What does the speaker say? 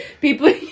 people